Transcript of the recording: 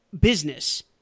business